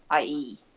ie